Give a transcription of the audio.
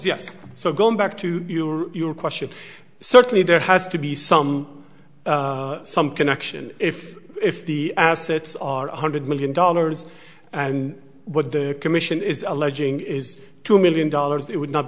yes so going back to your question certainly there has to be some some connection if if the assets are one hundred million dollars and what the commission is alleging is two million dollars it would not